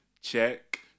check